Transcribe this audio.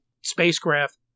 spacecraft